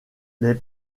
les